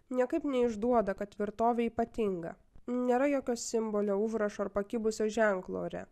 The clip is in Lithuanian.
niekaip neišduoda kad tvirtovė ypatinga nėra jokio simbolio užrašo ar pakibusio ženklo ore